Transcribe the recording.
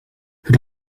het